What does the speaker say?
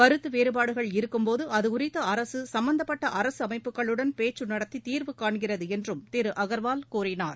கருத்து வேறுபாடுகள் இருக்கும்போது அதுகுறித்து அரசு சும்பந்தப்பட்ட அரசு அமைப்புகளுடன் பேச்சு நடத்தி தீர்வு காண்கிறது என்றும் திரு அகர்வால் கூறினார்